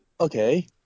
Okay